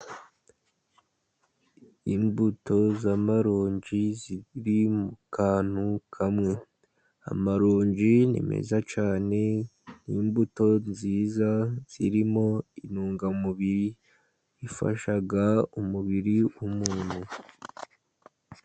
Imbuto z'amaronji ziri mu kantu kamwe. Amaronji ni meza cyane, ni imbuto nziza zirimo intungamubiri ifasha umubiri w'umuntu.